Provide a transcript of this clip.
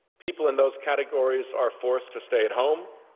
people in those categories are forced to stay at home,